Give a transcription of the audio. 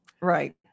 Right